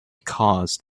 caused